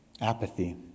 Apathy